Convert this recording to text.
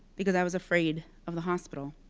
because i was afraid of the hospital.